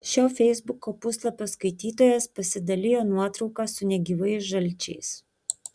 šio feisbuko puslapio skaitytojas pasidalijo nuotrauka su negyvais žalčiais